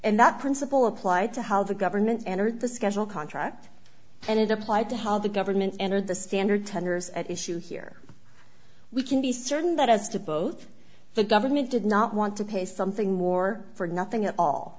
and that principle applied to how the government entered the schedule contract and it applied to how the government entered the standard tenders at issue here we can be certain that as to both the government did not want to pay something more for nothing at all